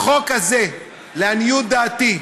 החוק הזה, לעניות דעתי,